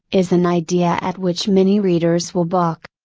is an idea at which many readers will balk.